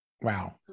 Wow